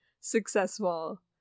successful